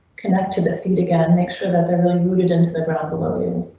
connect to the feet again, make sure that they re routed into the ground below you.